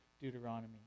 Deuteronomy